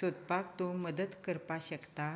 सोदपाक तूं मदत करपाक शकता